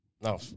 No